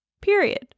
Period